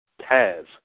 Taz